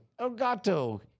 Elgato